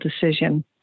decision